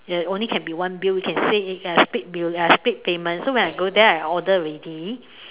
only can be one Bill can say uh split Bill split payment so when I go there I order already